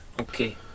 okay